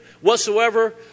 whatsoever